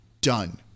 done